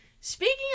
Speaking